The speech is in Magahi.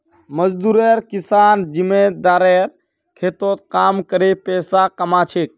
मजदूर किसान जमींदारेर खेतत काम करे पैसा कमा छेक